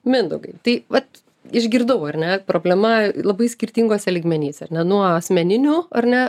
mindaugai tai vat išgirdau ar ne problema labai skirtinguose lygmenyse ar ne nuo asmeninių ar ne